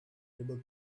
able